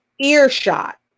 earshot